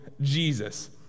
Jesus